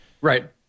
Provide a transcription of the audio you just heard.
right